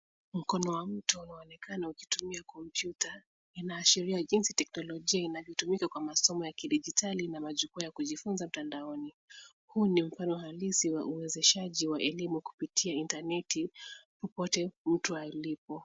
Mkono wa mtu unaonekana ukitumia kompyuta. Inaashiria jinsi teknolojia inavyotumika kwa masomo ya kidijitali na majukwaa ya kujifunza mtandaoni. Huu ni mfano halisi wa uwezeshaji wa elimu kupitia intaneti popote mtu alipo.